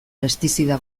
pestizida